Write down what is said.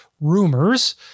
rumors